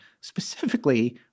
specifically